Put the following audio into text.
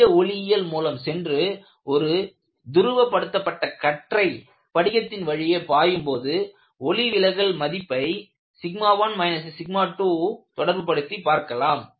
படிக ஒளியியல் மூலம் சென்று ஒரு துருவ படுத்தப்பட்ட கற்றை படிகத்தின் வழியே பாயும் போது ஒளி விலகல் மதிப்பை 1 2தொடர்புபடுத்திப் பார்க்கலாம்